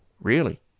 Really